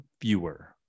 fewer